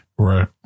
Right